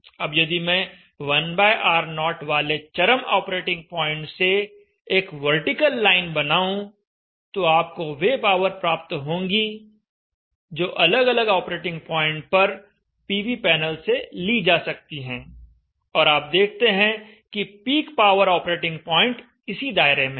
अब यदि मैं 1R0 वाले चरम ऑपरेटिंग प्वाइंट से एक वर्टिकल लाइन बनाऊं तो आपको वे पावर प्राप्त होंगी जो अलग अलग ऑपरेटिंग पॉइंट पर पीवी पैनल से ली जा सकती हैं और आप देखते हैं कि पीक पावर ऑपरेटिंग प्वाइंट इसी दायरे में है